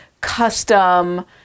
custom